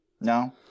No